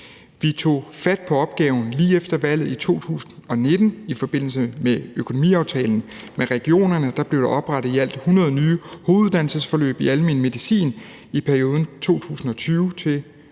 Vi tog fat på opgaven lige efter valget i 2019. I forbindelse med økonomiaftalen med regionerne blev der oprettet i alt 100 nye hoveduddannelsesforløb i almen medicin i perioden 2020-2021,